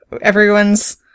Everyone's